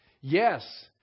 Yes